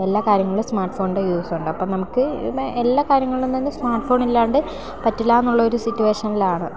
എല്ലാ കാര്യങ്ങളും സ്മാർട്ട് ഫോണിൻറ്റെ യൂസുണ്ടപ്പം നമുക്ക് പിന്നെ എല്ലാ കാര്യങ്ങളും തന്നെ സ്മാർട്ട് ഫോണില്ലാണ്ട് പറ്റില്ലയെന്നുള്ളൊരു സിറ്റ്വേഷനിലാണ്